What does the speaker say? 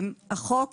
החוק